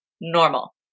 normal